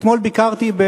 אתמול ביקרתי,